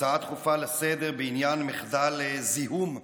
דחופה לסדר-היום בעניין מחדל זיהום חמור.